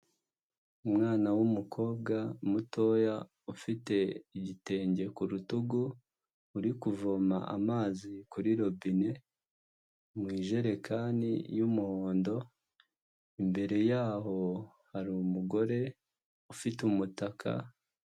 Umwana w'umukobwa mutoya, ufite igitenge ku rutugu, uri kuvoma amazi kuri robine, mu ijerekani y'umuhondo, imbere yaho hari umugore ufite umutaka.